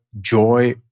joy